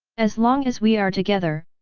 as long as we are together,